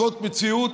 זאת מציאות,